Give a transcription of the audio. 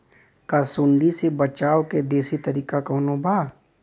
का सूंडी से बचाव क देशी तरीका कवनो बा?